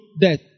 death